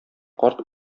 карт